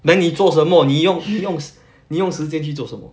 then 你做什么你用你用你用时间去做什么